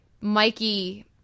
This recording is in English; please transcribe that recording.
Mikey